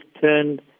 turned